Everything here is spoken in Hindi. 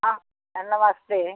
हाँ नमस्ते